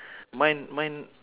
mine mine